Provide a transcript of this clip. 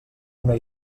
una